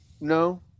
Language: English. No